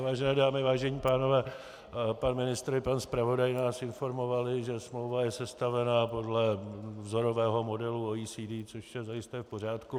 Vážené dámy, vážení pánové, pan ministr i pan zpravodaj nás informovali, že smlouva je sestavena podle vzorového modelu OECD, což je zajisté v pořádku.